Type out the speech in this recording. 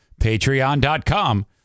Patreon.com